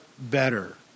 better